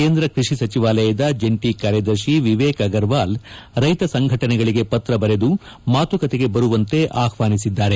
ಕೇಂದ್ರ ಕೃಷಿ ಸಚಿವಾಲಯದ ಜಂಟಿ ಕಾರ್ಯದರ್ಶಿ ವಿವೇಕ್ ಅಗರ್ವಾಲ್ ರೈತ ಸಂಘಟನೆಗಳಿಗೆ ಪತ್ರ ಬರೆದು ಮಾತುಕತೆಗೆ ಬರುವಂತೆ ಆಹ್ವಾನಿಸಿದ್ದಾರೆ